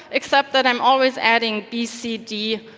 except that i'm always adding b, c. d,